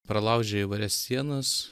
pralaužė įvairias sienas